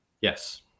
Yes